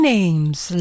Names